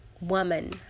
woman